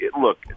look